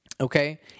Okay